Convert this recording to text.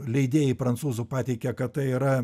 leidėjai prancūzų pateikia kad tai yra